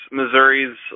Missouri's